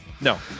No